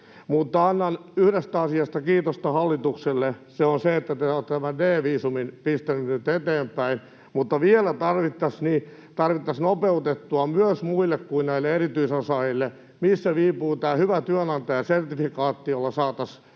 annan yhdestä asiasta kiitosta hallitukselle: se on se, että te olette tämän D-viisumin pistäneet nyt eteenpäin. Mutta vielä tarvittaisiin nopeutusta myös muille kuin näille erityisosaajille. Missä viipyy tämä hyvä työnantaja -sertifikaatti, jolla saataisiin